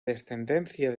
descendencia